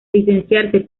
licenciarse